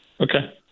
Okay